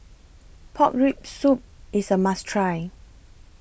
Pork Rib Soup IS A must Try